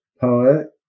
poet